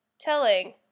telling